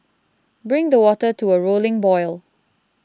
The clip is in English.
bring the water to a rolling boil